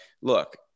Look